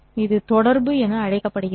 இது தொடர்பு என அழைக்கப்படுகிறது